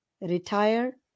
retire